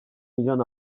milyon